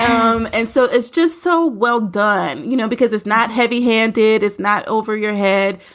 um and so it's just so well done, you know, because it's not heavy handed. it's not over your head.